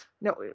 no